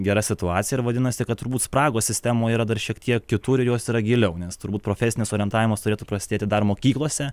gera situacija ir vadinasi kad turbūt spragos sistemoje yra dar šiek tiek kitų ir jos yra giliau nes turbūt profesinis orientavimas turėtų prasidėti dar mokyklose